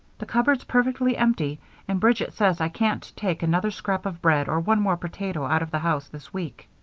the cupboard's perfectly empty and bridget says i can't take another scrap of bread or one more potato out of the house this week.